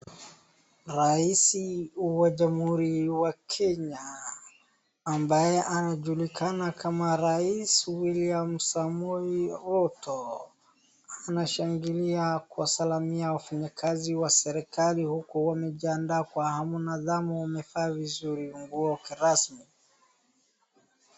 Rais wa jamhuri wa Kenya ambaye anajulikana kama rais William Samoei Ruto anashangilia kuwasalimia wafanyakazi wa serikali huku wamejiandaa kwa hamu na gamu, wamevaa vizuri nguo kirasmi.